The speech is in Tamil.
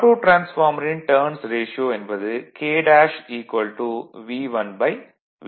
ஆட்டோ டிரான்ஸ்பார்மரின் டர்ன்ஸ் ரேஷியோ என்பது K' V1V2